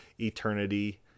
eternity